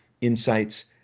insights